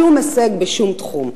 שום הישג בשום תחום,